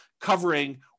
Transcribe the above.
covering